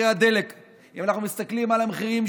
אם אנחנו מסתכלים על מחירי הדלק,